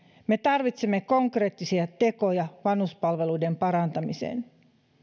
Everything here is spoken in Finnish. me tarvitsemme konkreettisia tekoja vanhuspalveluiden parantamiseen